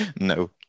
No